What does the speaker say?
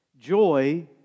Joy